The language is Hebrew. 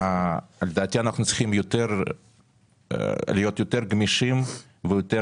לדעתי אנחנו צריכים להיות יותר גמישים ויותר